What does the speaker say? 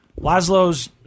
Laszlo's